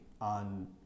on